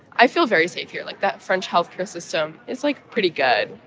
i feel very safe here. like, that french health care system is, like, pretty good.